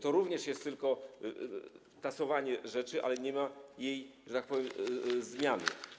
To również jest tylko tasowanie rzeczy, a nie ma tej, że tak powiem, zmiany.